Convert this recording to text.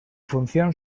función